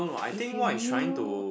if you knew